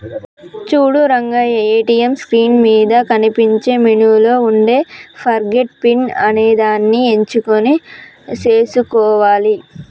చూడు Rangaiah ATM screen మీద కనిపించే మెనూలో ఉండే ఫర్గాట్ పిన్ అనేదాన్ని ఎంచుకొని సేసుకోవాలి